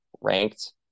ranked